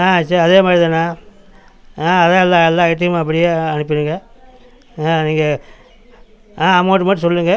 ஆ சரி அதே மாதிரி தாண்ண ஆ எல்லாம் எல்லாம் எல்லாம் ஐட்டமும் அப்டியே அனுப்பிடுங்க ஆ நீங்கள் அமௌண்ட்டு மட்டும் சொல்லுங்க